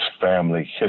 family